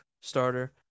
starter